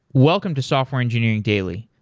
welcome to software engineering daily.